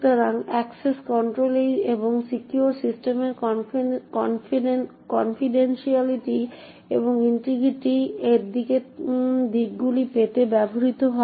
সুতরাং access control একটি secure সিস্টেমের কনফিডেনসিয়ালটি এবং ইন্টিগ্রিটি এর দিকগুলি পেতে ব্যবহৃত হয়